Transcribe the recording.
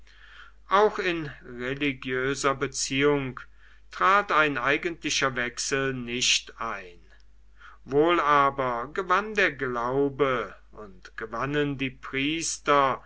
auch in religiöser beziehung trat ein eigentlicher wechsel nicht ein wohl aber gewann der glaube und gewannen die priester